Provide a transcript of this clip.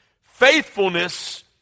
Faithfulness